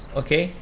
okay